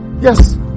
Yes